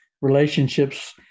relationships